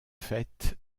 faite